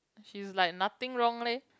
she's like nothing wrong leh